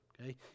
okay